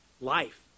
life